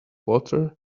water